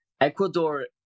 Ecuador